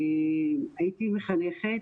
הייתי מחנכת,